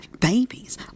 Babies